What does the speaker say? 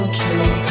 true